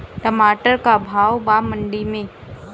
टमाटर का भाव बा मंडी मे?